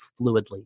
fluidly